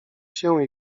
się